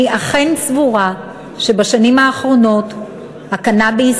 אני אכן סבורה שבשנים האחרונות הקנאביס